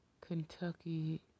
Kentucky